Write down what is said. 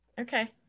okay